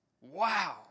wow